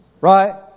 Right